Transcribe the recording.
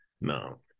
No